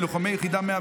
מלוחמי יחידה 101